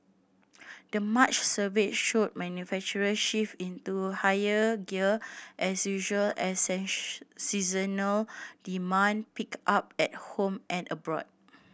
the March survey showed manufacturers shifted into higher gear as usual as seasonal demand picked up at home and abroad